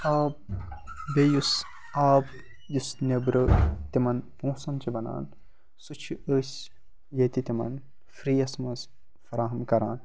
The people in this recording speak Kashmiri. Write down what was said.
آب بیٚیہِ یُس آب یُس نٮ۪برٕ تِمَن پونٛسَن چھِ بنان سُہ چھِ أسۍ ییٚتہِ تِمَن فِرٛیٖیَس منٛز فراہَم کران